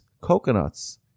coconuts